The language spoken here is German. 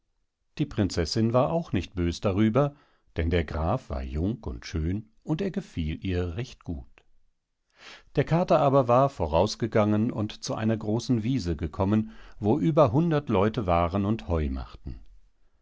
die prinzessin war auch nicht bös darüber denn der graf war jung und schön und er gefiel ihr recht gut der kater aber war vorausgegangen und zu einer großen wiese gekommen wo über hundert leute waren und heu machten